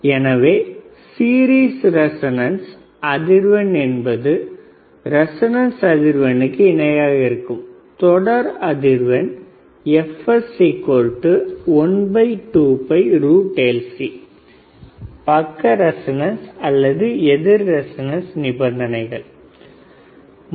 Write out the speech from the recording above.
எனவே series resonance அதிர்வெண் என்பது ரெசோனன்ஸ் அதிர்வெனுக்கு இணையாக இருக்கும் தொடர் அதிர்வெண்fs fs12LC பக்க ரெசோனன்ஸ் அல்லது எதிர் ரெசோனன்ஸ் நிபந்தனைகள் 1